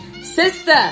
Sister